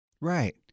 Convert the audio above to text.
Right